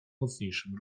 mocniejszym